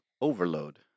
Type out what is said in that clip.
overload